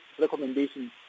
recommendations